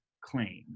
claim